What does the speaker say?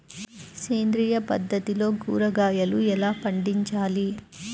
సేంద్రియ పద్ధతిలో కూరగాయలు ఎలా పండించాలి?